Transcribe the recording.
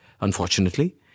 unfortunately